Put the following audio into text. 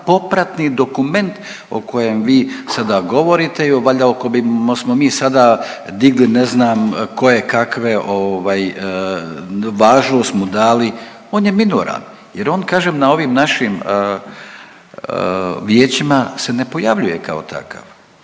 popratni dokument o kojem vi sada govorite i o valjda o .../nerazumljivo/... mi sada digli ne znam kojekakve važnost mu dali, on je minoran jer on kažem, na ovim našim vijećima se ne pojavljuje kao takav.